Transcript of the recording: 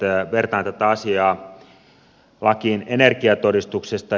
vertaan tätä asiaa lakiin energiatodistuksesta